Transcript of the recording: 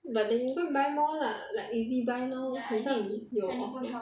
but then you go and buy more lah like ezbuy lor 很像有 offer